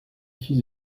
fils